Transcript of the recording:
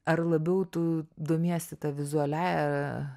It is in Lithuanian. ar labiau tu domiesi ta vizualiąja